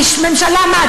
ממשלה מתפרקת מיכולותיה.